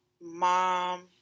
mom